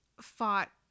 fought